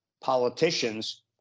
politicians